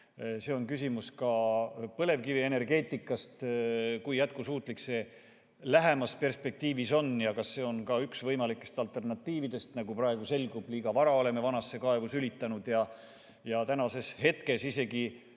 See on küsimus ka põlevkivienergeetikast, sellest, kui jätkusuutlik see lähemas perspektiivis on ja kas see on ka üks võimalikest alternatiividest. Nagu praegu selgub, liiga vara oleme vanasse kaevu sülitanud. Mis selgus isegi